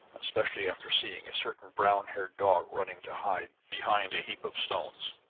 especially after seeing a certain brown-haired dog running to hide behind a heap of stones.